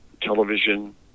television